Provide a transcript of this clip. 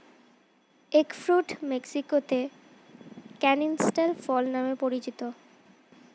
egg fruit মেক্সিকোতে canistel ফল নামে পরিচিত